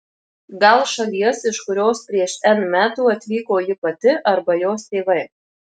gal šalies iš kurios prieš n metų atvyko ji pati arba jos tėvai